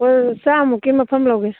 ꯍꯣꯏ ꯆꯥꯝꯃꯨꯛꯀꯤ ꯃꯐꯝ ꯂꯧꯒꯦ